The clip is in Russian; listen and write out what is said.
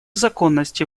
законности